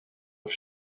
auf